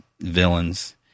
villains